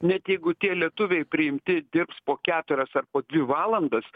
net jeigu tie lietuviai priimti dirbs po keturias ar po dvi valandas